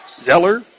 Zeller